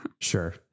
Sure